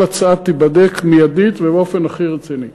כל הצעה תיבדק מייד ובאופן הכי רציני.